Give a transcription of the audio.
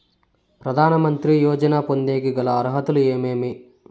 ప్రధాన మంత్రి యోజన పొందేకి గల అర్హతలు ఏమేమి?